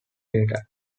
data